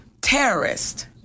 terrorist